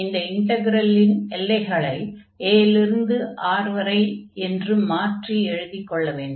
இந்த இன்டக்ரலின் எல்லைகளை a இல் இருந்து R வரை என்று மாற்றி எழுதிக் கொள்ள வேண்டும்